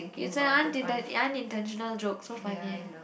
it's an unintentio~ unintentional joke so funny